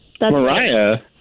Mariah